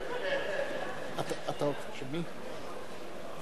תזמין את כל החברים פה.